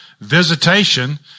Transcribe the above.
visitation